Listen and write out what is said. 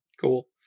Cool